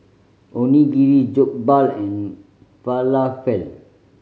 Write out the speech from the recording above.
Onigiri Jokbal and Falafel